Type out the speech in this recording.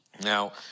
Now